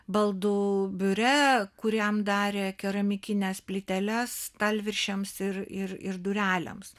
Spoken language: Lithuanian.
baldų biure kuriam darė keramikines plyteles stalviršiams ir ir ir durelėms